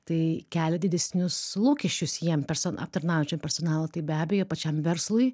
tai kelia didesnius lūkesčius jiem persona aptarnaujančiam personalui tai be abejo pačiam verslui